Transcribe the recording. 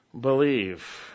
believe